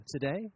today